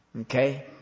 Okay